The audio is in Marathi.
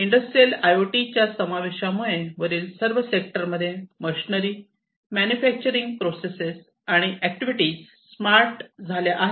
इंडस्ट्रियल आय ओ टी च्या समावेशा मुळे वरील सर्व सेक्टर मध्ये मशनरी मॅन्युफॅक्चरिंग प्रोसेस आणि ऍक्टिव्हिटीज स्मार्ट झाल्या आहेत